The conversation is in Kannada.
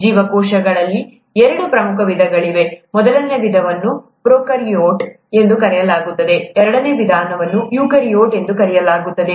ಜೀವಕೋಶಗಳಲ್ಲಿ ಎರಡು ಪ್ರಮುಖ ವಿಧಗಳಿವೆ ಮೊದಲ ವಿಧವನ್ನು ಪ್ರೊಕಾರ್ಯೋಟ್ ಎಂದು ಕರೆಯಲಾಗುತ್ತದೆ ಎರಡನೆಯ ವಿಧವನ್ನು ಯುಕ್ಯಾರಿಯೋಟ್ ಎಂದು ಕರೆಯಲಾಗುತ್ತದೆ